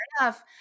enough